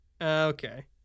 okay